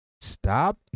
Stop